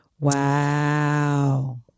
Wow